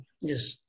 Yes